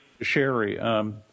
Sherry